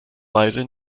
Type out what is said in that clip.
weise